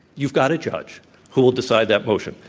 you've got a judge who will decide that motion.